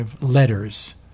letters